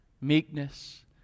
meekness